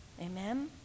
Amen